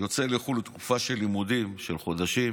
יוצא לחו"ל לתקופה של לימודים במשך חודשים